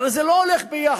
הרי זה לא הולך ביחד,